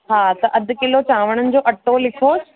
हा त अधु किलो चांवरनि जो अटो लिखोसि